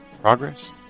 Progress